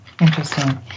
Interesting